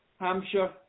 Hampshire